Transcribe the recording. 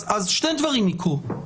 שני דברים יקרו.